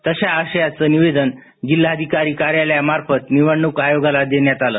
तशा आशयाच निवेदन जिल्हाधिकारी कार्यालया मार्फत निवडणूक आयोगाला देण्यात आलं